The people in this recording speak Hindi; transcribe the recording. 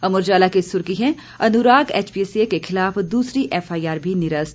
अमर उजाला की सुर्खी है अनुराग एचपीसीए के खिलाफ दूसरी एफआईआर भी निरस्त